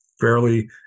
fairly